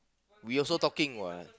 we also talking what